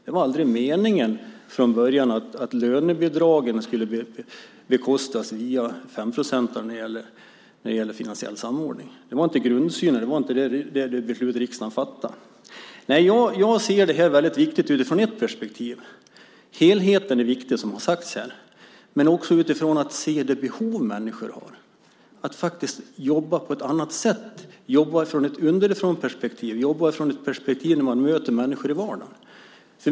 Det var inte meningen från början att lönebidragen skulle bekostas via de 5 procent som avsätts för finansiell samordning. Det var inte grundsynen i det beslut som riksdagen fattade. Jag anser att detta är viktigt utifrån ett bestämt perspektiv. Helheten är viktig, men det är också viktigt att man ser de behov människor har. Det är viktigt att man jobbar på ett annat sätt, utifrån ett underifrånperspektiv där man möter människor i vardagen.